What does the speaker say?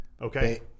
Okay